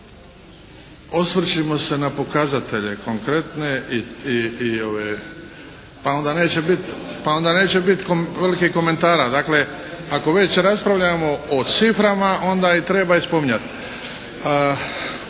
osvrćimo se na pokazatelje konkretne pa onda neće biti velikih komentara. Dakle, ako već raspravljamo o ciframa onda ih treba i spominjati.